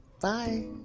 Bye